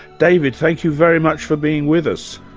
david, thank you very much for being with us.